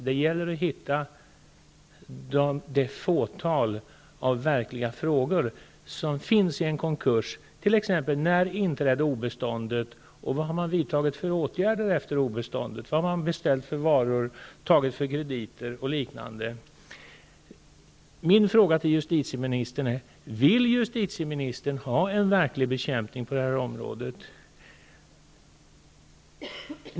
Det gäller att hitta det fåtal verkliga frågor som finns i en konkurs, t.ex. när obeståndet inträdde, vilka åtgärder som vidtagits före obeståndet, vilka varor som beställts, vilka krediter man har tagit och liknande. Min första fråga till justitieministern är: Vill justitieministern ha en verklig bekämpning på det här området?